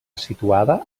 situada